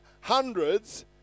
hundreds